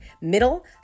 middle